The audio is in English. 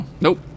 Nope